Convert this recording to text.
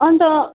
अन्त